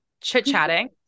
chit-chatting